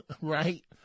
right